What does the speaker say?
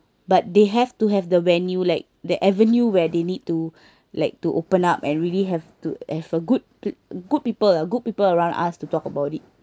but they have to have the venue like the avenue where they need to like to open up and really have to have a good good people ah good people around us to talk about it